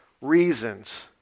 reasons